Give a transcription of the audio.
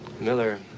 Miller